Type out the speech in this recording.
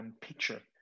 picture